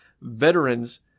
veterans